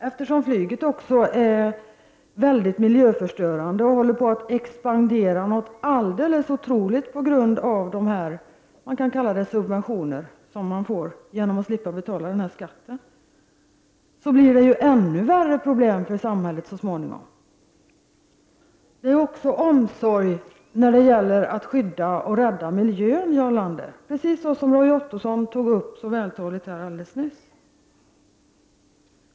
Eftersom flyget också är mycket miljöförstörande och håller på att expandera på ett alldeles otroligt sätt på grund av de ”subventioner” som man får genom att slippa betala denna skatt, blir det ännu värre problem för samhället så småningom. Det är också fråga om omsorg när det gäller att skydda och rädda miljön, Jarl Lander, precis som Roy Ottosson så vältaligt tog upp här alldeles nyss.